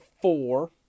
four